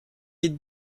est